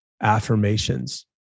affirmations